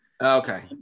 okay